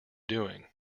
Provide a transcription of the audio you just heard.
doing